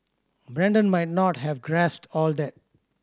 Brandon might not have grasped all that